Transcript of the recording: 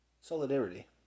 Solidarity